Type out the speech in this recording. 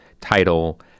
Title